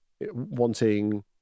wanting